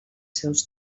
seus